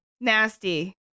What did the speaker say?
Nasty